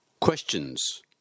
Questions